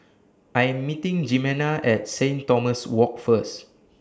I Am meeting Jimena At Saint Thomas Walk First